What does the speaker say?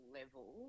level